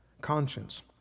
conscience